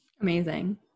Amazing